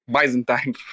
Byzantine